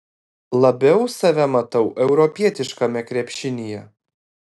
labiau save matau europietiškame krepšinyje